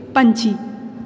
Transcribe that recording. ਪੰਛੀ